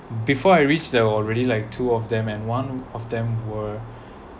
before I reach there were already like two of them and one of them were